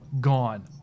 gone